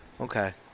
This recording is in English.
okay